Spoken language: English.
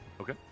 okay